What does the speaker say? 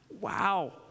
Wow